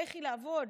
לכי לעבוד,